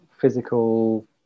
physical